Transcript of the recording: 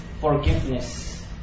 forgiveness